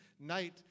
night